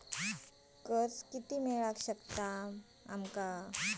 कर्ज कितक्या मेलाक शकता?